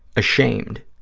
ashamed,